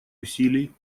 усилий